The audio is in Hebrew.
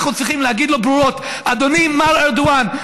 אנחנו צריכים להגיד לו ברורות: אדוני מר ארדואן,